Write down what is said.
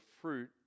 fruit